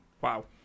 Wow